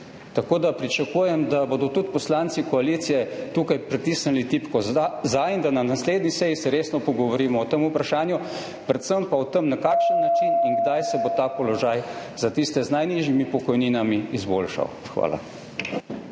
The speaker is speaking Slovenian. sedite. Pričakujem, da bodo tudi poslanci koalicije tukaj pritisnili tipko za in da se na naslednji seji resno pogovorimo o tem vprašanju, predvsem pa o tem, na kakšen način in kdaj se bo ta položaj za tiste z najnižjimi pokojninami izboljšal. Hvala.